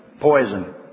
poison